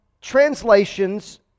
translations